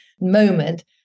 moment